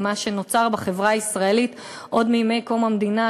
מה שנוצר בחברה הישראלית עוד מימי קום המדינה,